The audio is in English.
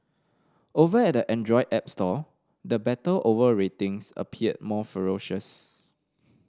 over at the Android app store the battle over ratings appear more ferocious